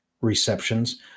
receptions